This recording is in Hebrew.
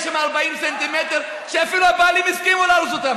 שם 40 סנטימטר שאפילו הבעלים הסכימו להרוס אותם?